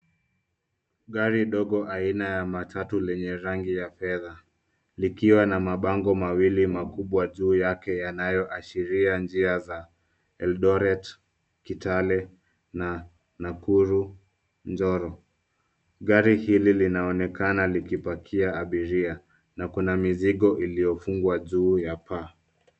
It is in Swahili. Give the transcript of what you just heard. Gari ndogo aina ya matatu lenye rangi ya fedha likiwa ma mabango mawili makubwa juu yake yanayoashiria njia za Eldoret, Kitale na Nakuru Njoro. Gari hili linaonekana likipakia abiria na kuna mizigo iliyofungwa juu ya paa.